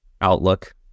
Outlook